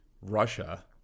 russia